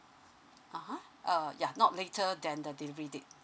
(uh huh) uh ya not later than the delivery date